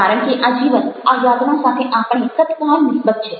કારણ કે આ જીવન આ યાતના સાથે આપણે તત્કાલ નિસ્બત છે